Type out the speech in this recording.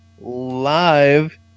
live